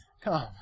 come